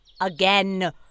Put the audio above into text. Again